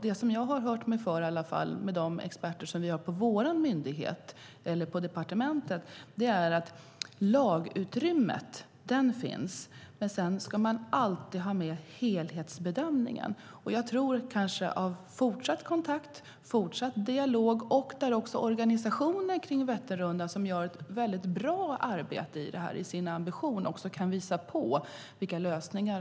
Det som jag har hört av experter på departementet är att lagutrymmet finns, men att man alltid ska göra en helhetsbedömning. Jag tror att fortsatt kontakt och dialog med organisationen för Vätternrundan, som gör ett väldigt bra arbete, kan visa på lösningar.